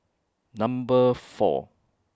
Number four